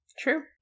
True